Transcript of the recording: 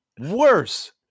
Worse